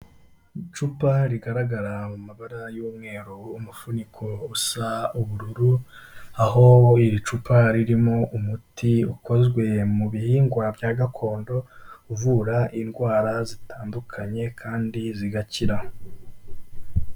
Icupa rigaragara mu mabara y'umweru, umufuniko usa ubururu, aho iri cupa ririmo umuti ukozwe mu bihingwa bya gakondo, uvura indwara zitandukanye kandi zigakira.